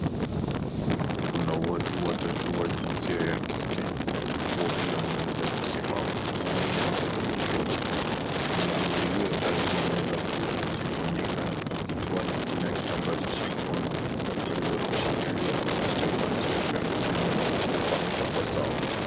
Kuna watu watatu wa jinsia ya kike. Wawili wameweza kusimama na mmoja ameweza kuketi. Aliye karibu ameweza kujifunika kichwani kutumia kitambaa chekundu anaweza kushikilia kijitambaa cheupe mkononi, huku ametabasamu.